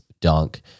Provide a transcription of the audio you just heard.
dunk